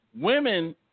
women